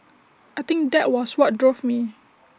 I think that was what drove me